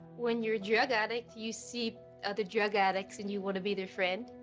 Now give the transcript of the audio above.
when you're a drug addict, you see other drug addicts, and you wanna be their friend,